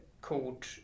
called